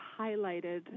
highlighted